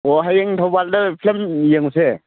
ꯑꯣ ꯍꯌꯦꯡ ꯊꯧꯕꯥꯜꯗ ꯐꯤꯂꯝ ꯌꯦꯡꯉꯨꯁꯦ